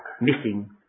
missing